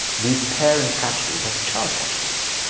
these parent categories have child categories.